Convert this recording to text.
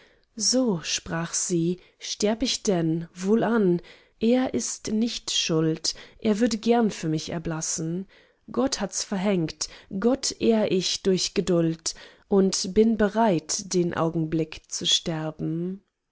so sprach sie sterb ich denn wohlan er ist nicht schuld er würde gern für mich erblassen gott hats verhängt gott ehr ich durch geduld und bin bereit den augenblick zu sterben